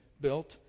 built